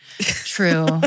True